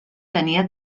tenia